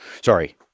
Sorry